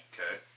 Okay